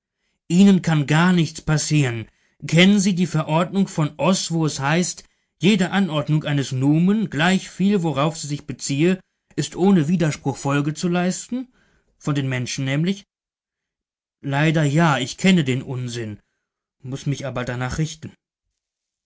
ihnen kann gar nichts passieren kennen sie die verordnung von oß wo es heißt jeder anordnung eines numen gleichviel worauf sie sich beziehe ist ohne widerspruch folge zu leisten von den menschen nämlich leider ja ich kenne den unsinn muß mich aber danach richten